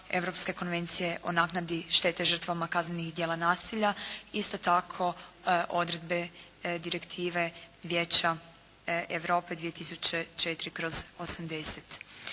Europske konvencije o naknadi štete žrtvama kaznenih djela nasilja. Isto tako odredbe direktive Vijeća Europe 2004./80.